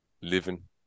living